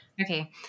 Okay